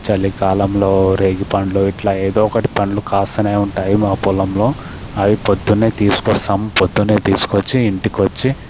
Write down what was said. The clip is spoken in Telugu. చలి కాలంలో రేగిపండ్లు ఇట్ల ఏదో ఒకటి పండ్లు కాస్తనే ఉంటాయి మా పొలంలో అయి పొద్దునే తీసుకొస్తాం పొద్దునే తీసుకొచ్చి ఇంటికొచ్చి